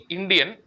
Indian